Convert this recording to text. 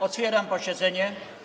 Otwieram posiedzenie.